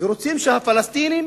ורוצים שהפלסטינים